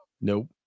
Nope